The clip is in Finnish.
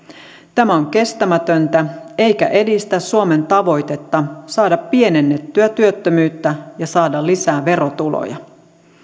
tämä on kestämätöntä eikä edistä suomen tavoitetta saada pienennettyä työttömyyttä ja saada lisää verotuloja